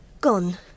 gone